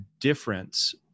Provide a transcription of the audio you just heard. difference